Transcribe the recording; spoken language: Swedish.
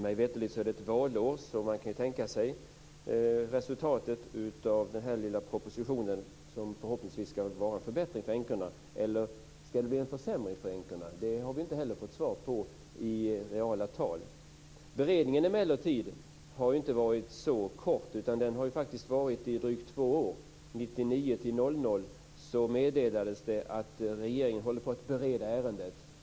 Mig veterligt är det ett valår, så man kan ju tänka sig resultatet av den här lilla propositionen, som förhoppningsvis ska innebära en förbättring för änkorna. Eller ska det bli en försämring för änkorna? Vi har inte fått svar på hur det blir i reala tal. Beredningen har emellertid inte varit så kort. Den har pågått under drygt två år, 1999 2000. Det meddelades då att regeringen håller på att bereda ärendet.